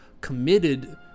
committed